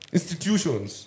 Institutions